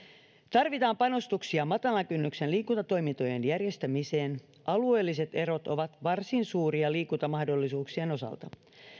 tarvitaan panostuksia matalan kynnyksen liikuntatoimintojen järjestämiseen alueelliset erot ovat varsin suuria liikuntamahdollisuuksien osalta